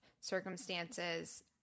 circumstances